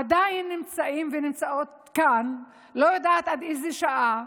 עדיין נמצאים ונמצאות כאן, לא יודעת עד איזה שעה.